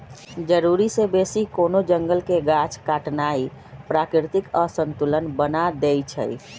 जरूरी से बेशी कोनो जंगल के गाछ काटनाइ प्राकृतिक असंतुलन बना देइछइ